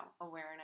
awareness